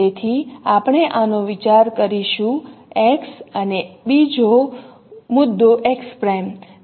તેથી આપણે આનો વિચાર કરીશું x અને બીજો મુદ્દો x